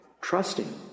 trusting